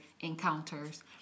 encounters